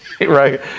Right